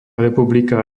republika